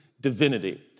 divinity